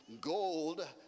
gold